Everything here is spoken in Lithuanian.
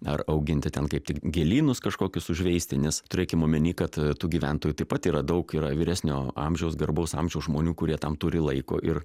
ar auginti ten kaip tik gėlynus kažkokius užveisti nes turėkim omeny kad tų gyventojų taip pat yra daug yra vyresnio amžiaus garbaus amžiaus žmonių kurie tam turi laiko ir